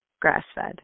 grass-fed